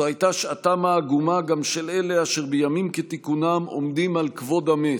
זאת גם הייתה שעתם העגומה של אלה אשר בימים כתיקונם עמדו על כבוד המת,